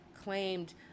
claimed